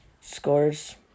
scores